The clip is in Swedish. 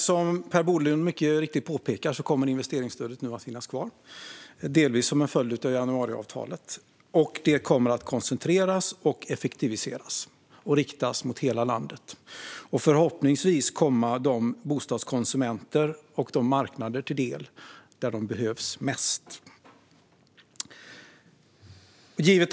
Som Per Bolund mycket riktigt påpekade kommer investeringsstödet nu att finnas kvar, delvis som en följd av januariavtalet, och det kommer att koncentreras och effektiviseras samt riktas mot hela landet och förhoppningsvis komma de bostadskonsumenter och marknader till del som behöver det mest.